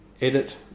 Edit